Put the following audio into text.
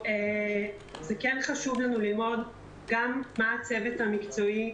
כן חשוב לנו ללמוד גם מן הצוות המקצועי,